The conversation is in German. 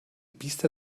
biester